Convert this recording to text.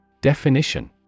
Definition